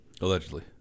Allegedly